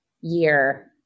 year